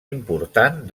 important